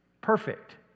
perfect